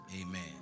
Amen